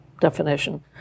definition